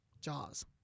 Jaws